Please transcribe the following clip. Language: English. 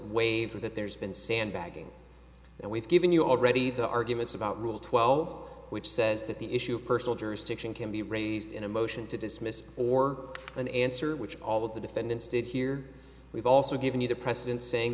waived that there's been sandbagging and we've given you already the arguments about rule twelve which says that the issue of personal jurisdiction can be raised in a motion to dismiss or an answer which all of the defendants did here we've also given you the precedent saying